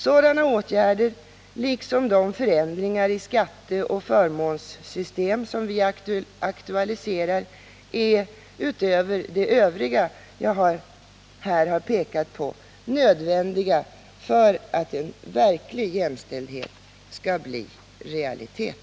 Sådan åtgärder, liksom de förändringar i skatteoch förmånssystem som vi aktualiserar, är utöver de övriga som jag här har pekat på nödvändiga för att verklig jämställdhet skall bli en realitet.